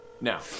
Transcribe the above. Now